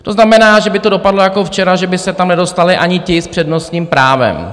To znamená, že by to dopadlo jako včera, že by se tam nedostali ani ti s přednostním právem.